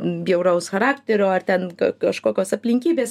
bjauraus charakterio ar ten kažkokios aplinkybės